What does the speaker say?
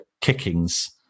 kickings